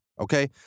Okay